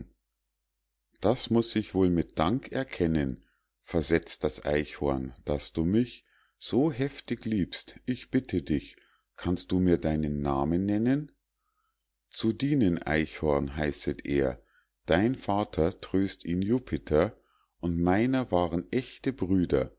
das muß ich wohl mit dank erkennen versetzt das eichhorn daß du mich so heftig liebst ich bitte dich kannst du mir deinen namen nennen zu dienen eichhorn heißet er dein vater tröst ihn jupiter und meiner waren rechte brüder